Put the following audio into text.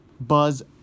Buzz